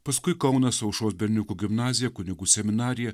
paskui kaunas aušros berniukų gimnazija kunigų seminarija